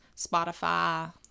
Spotify